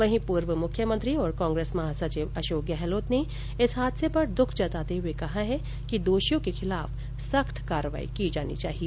वहीं पूर्व मुख्यमंत्री और कांग्रेस महासचिव अशोक गहलोत ने इस हादसे पर दुःख जताते हुए कहा है कि दोषियों के खिलाफ सख्त कार्रवाई की जानी चाहिए